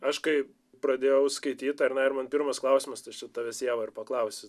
aš kai pradėjau skaityt ar ne ir man pirmas klausimas tai aš čia tavęs ieva ir paklausiu